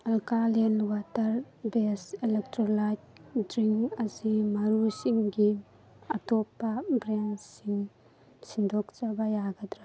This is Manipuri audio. alkaline water base electrolyte drink ꯑꯁꯤ ꯃꯔꯨꯞꯁꯤꯡꯒꯤ ꯑꯇꯣꯞꯄ ꯕ꯭ꯔꯥꯟ ꯁꯤꯟꯗꯣꯛꯆꯕ ꯌꯥꯒꯗ꯭ꯔꯥ